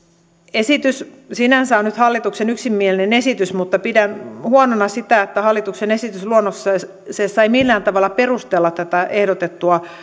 esitys sinänsä on nyt hallituksen yksimielinen esitys mutta pidän huonona sitä että hallituksen esitysluonnoksessa ei millään tavalla perustella tätä ehdotettua